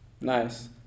Nice